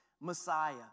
Messiah